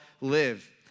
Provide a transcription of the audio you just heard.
live